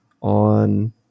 on